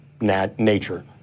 nature